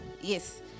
Yes